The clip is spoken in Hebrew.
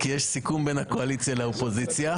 כי יש סיכום בין הקואליציה לאופוזיציה.